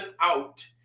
out